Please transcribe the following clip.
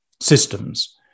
systems